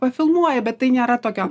pafilmuoja bet tai nėra tokio